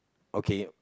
okay